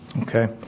Okay